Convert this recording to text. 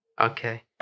Okay